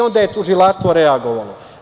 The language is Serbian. Onda je tužilaštvo reagovalo.